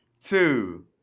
two